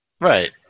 Right